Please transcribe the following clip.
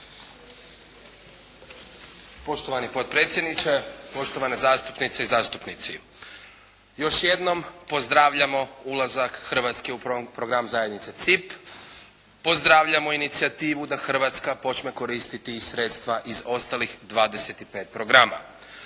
Poštovani potpredsjedniče, poštovane zastupnice i zastupnici. Još jednom pozdravljamo ulazak Hrvatske u program zajednice CIP, pozdravljamo inicijativu da Hrvatska počne koristiti i sredstva iz ostalih dvadeset